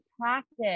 practice